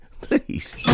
please